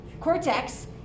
cortex